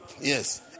Yes